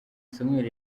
samuel